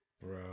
Bro